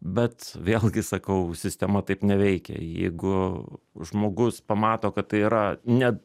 bet vėlgi sakau sistema taip neveikia jeigu žmogus pamato kad tai yra ne